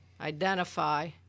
identify